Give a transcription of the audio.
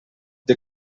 dir